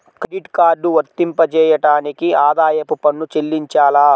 Credit card వర్తింపజేయడానికి ఆదాయపు పన్ను చెల్లించాలా?